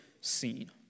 scene